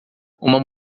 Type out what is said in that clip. uma